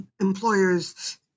Employers